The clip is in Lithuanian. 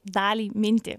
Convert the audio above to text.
dalį mintį